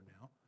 now